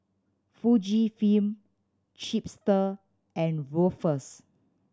Fujifilm Chipster and Ruffles